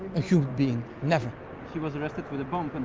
a human being, never she was arrested with a bomb in